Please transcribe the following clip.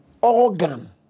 organ